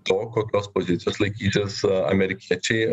to kokios pozicijos laikysis amerikiečiai